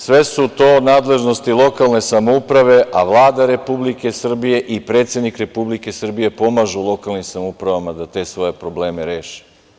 Sve su to nadležnosti lokalne samouprave, a Vlada Republike Srbije i predsednik Republike Srbije pomažu lokalnim samoupravama da te svoje probleme reše.